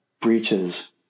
breaches